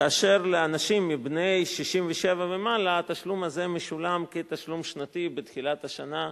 כאשר לאנשים בני 67 ומעלה התשלום הזה משולם כתשלום שנתי בתחילת השנה,